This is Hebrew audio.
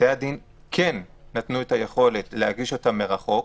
ובתי-הדין כן נתנו את היכולת להגיש מרחוק.